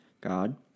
God